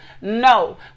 no